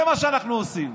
זה מה שאנחנו עושים.